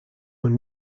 were